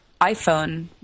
iphone